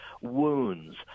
wounds